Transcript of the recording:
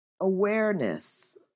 awareness